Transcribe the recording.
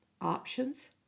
Options